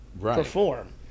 perform